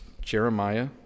Jeremiah